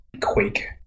Quake